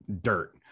dirt